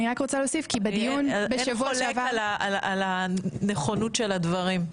אין חולק על הנכונות של הדברים.